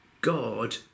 God